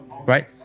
right